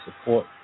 support